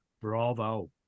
Bravo